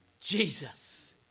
Jesus